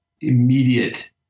immediate